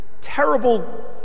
terrible